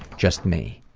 just me.